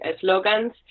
slogans